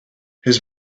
his